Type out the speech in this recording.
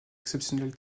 exceptionnel